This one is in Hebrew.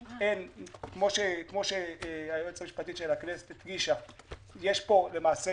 כמו שהיועצת המשפטית של הכנסת הדגישה, יש פה למעשה